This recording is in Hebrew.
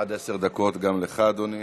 עד עשר דקות גם לך, אדוני.